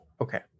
Okay